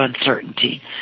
uncertainty